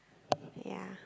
yeah